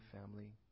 family